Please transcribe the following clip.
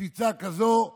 קפיצה כזאת מטאורית,